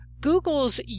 Google's